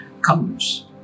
comes